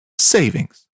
savings